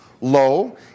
Low